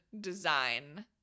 design